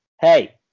Hey